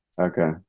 Okay